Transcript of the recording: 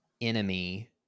enemy